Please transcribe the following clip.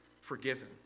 forgiven